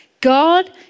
God